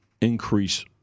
increase